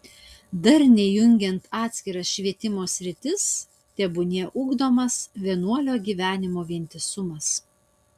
darniai jungiant atskiras švietimo sritis tebūnie ugdomas vienuolio gyvenimo vientisumas